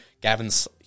Gavin's